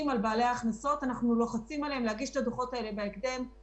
זו לא פרקטיקה שרשות המסים לא